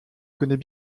connais